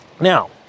now